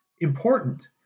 important